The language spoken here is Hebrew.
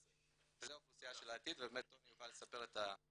אז זה האוכלוסייה של העתיד ובאמת טוני יוכל לספר את הדוגמה שלו.